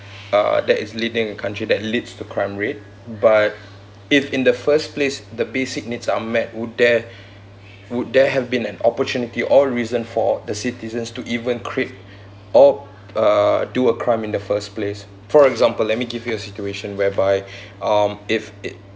uh that is leading a country that leads to crime rate but if in the first place the basic needs are met would there would there have been an opportunity or reason for the citizens to even create or uh do a crime in the first place for example let me give you a situation whereby um if it